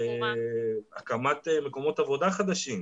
להקמת מקומות עבודה חדשים,